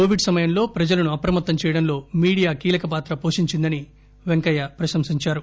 Covid సమయంలో ప్రజలను అప్రమత్తం చేయడంలో మీడియా కీలకపాత్ర పోషించిందని పెంకయ్య ప్రశంసించారు